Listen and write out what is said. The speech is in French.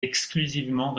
exclusivement